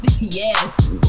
yes